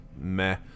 meh